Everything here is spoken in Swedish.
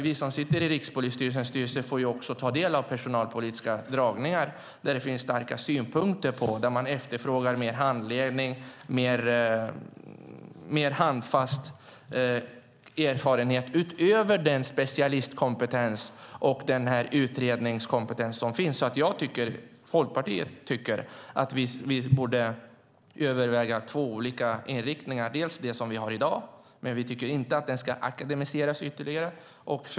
Vi som sitter i styrelsen för Rikspolisstyrelsen får ta del av personalpolitiska föredragningar. Där finns starka synpunkter, och utöver den specialistkompetens och den utredningskompetens som finns efterfrågar man mer handledning och mer handfast erfarenhet. Folkpartiet tycker att vi borde överväga två olika inriktningar. Den utbildning vi har i dag tycker vi inte ska akademiseras ytterligare.